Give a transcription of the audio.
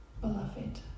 Beloved